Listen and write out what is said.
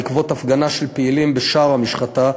בעקבות הפגנה של פעילים בשער המשחטה,